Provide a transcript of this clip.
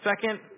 Second